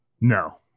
No